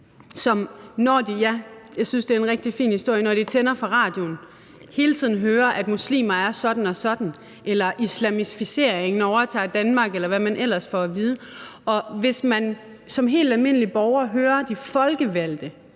– når de tænder for radioen, hele tiden hører, at muslimer er sådan og sådan, eller at islamiseringen overtager Danmark, eller hvad man ellers får at vide. Og hvis man som helt almindelig borger hører de folkevalgte